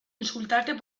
insultarte